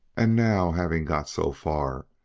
and now having got so far,